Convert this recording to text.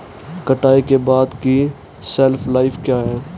कटाई के बाद की शेल्फ लाइफ क्या है?